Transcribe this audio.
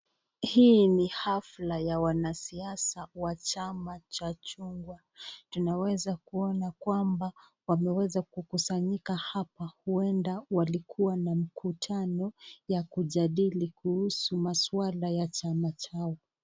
Hii ni hafla ya wanasiasa wa chama cha chungwa tunaweza kuona kwamba wameweza kukusanyika hapa uenda walikuwa na mikutano yakujadili kuhusu maswala ya chama chao.